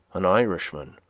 an irishman,